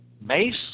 Mace